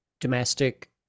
domestic